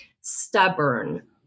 stubborn